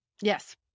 Yes